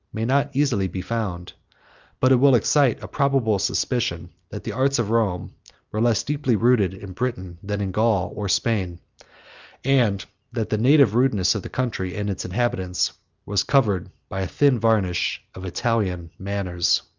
may not easily be found but it will excite a probable suspicion, that the arts of rome were less deeply rooted in britain than in gaul or spain and that the native rudeness of the country and its inhabitants was covered by a thin varnish of italian manners.